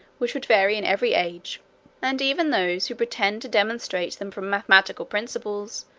which would vary in every age and even those, who pretend to demonstrate them from mathematical principles,